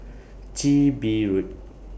Chin Bee Road